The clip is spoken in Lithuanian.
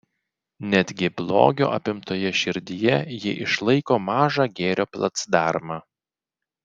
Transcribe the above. netgi blogio apimtoje širdyje ji išlaiko mažą gėrio placdarmą